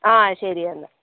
ആ ശരിയെന്നാൽ